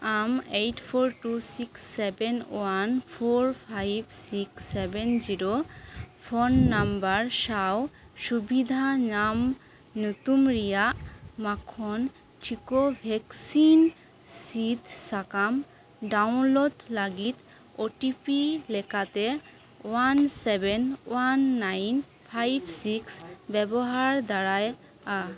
ᱟᱢ eight four two six seven one four five six seven zero phone number ᱥᱟᱶ ᱥᱩᱵᱤᱫᱷᱟ ᱧᱟᱢ ᱧᱩᱛᱩᱢ ᱨᱮᱱᱟᱜ ᱢᱟᱠᱷᱚᱱ ᱴᱤᱠᱟᱹ ᱵᱷᱮᱠᱥᱤᱱ ᱥᱤᱫ ᱥᱟᱠᱟᱢ ᱰᱟᱣᱩᱱᱞᱳᱰ ᱞᱟᱹᱜᱤᱫ ᱳ ᱴᱤ ᱯᱤ ᱞᱮᱠᱟᱛᱮ one seven one nine five six ᱵᱮᱵᱚᱦᱟᱨ ᱫᱟᱲᱮᱭᱟᱜᱼᱟ